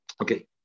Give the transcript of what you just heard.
okay